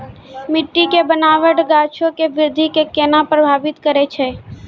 मट्टी के बनावट गाछो के वृद्धि के केना प्रभावित करै छै?